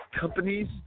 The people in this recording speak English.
companies